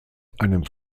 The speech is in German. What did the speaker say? einem